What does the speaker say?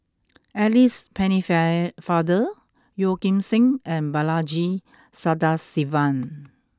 Alice Penne Fire Father Yeo Kim Seng and Balaji Sadasivan